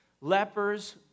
Lepers